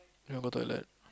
you want to go toilet